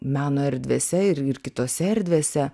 meno erdvėse ir kitose erdvėse